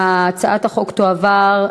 הצעת חוק זכויות החולה (תיקון,